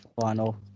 final